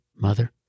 Mother